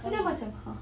then dia macam !huh!